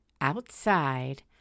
outside